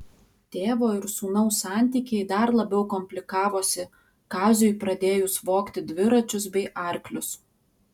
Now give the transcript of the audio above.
tėvo ir sūnaus santykiai dar labiau komplikavosi kaziui pradėjus vogti dviračius bei arklius